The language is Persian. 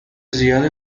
زیاده